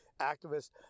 activists